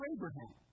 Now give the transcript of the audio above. Abraham